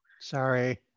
Sorry